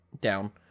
down